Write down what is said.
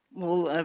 well,